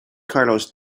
carlos